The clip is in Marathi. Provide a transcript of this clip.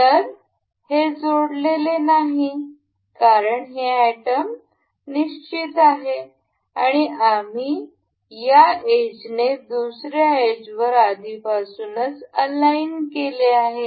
तर हे जोडलेले नाही कारण हे आयटम निश्चित आहे आणि आम्ही या एजने दुसऱ्या एजवर आधीपासूनच अलाइन केले आहे